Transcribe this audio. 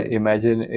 imagine